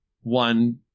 one